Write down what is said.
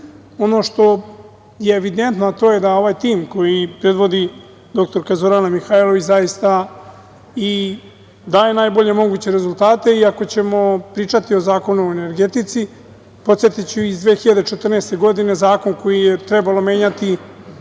Ono što je evidentno, a to je da ovaj tim koji predvodi dr Zorana Mihajlović zaista i daje najbolje moguće rezultate i ako ćemo pričati o Zakonu o energetici, podsetiću iz 2014. godine zakon koji je trebalo menjati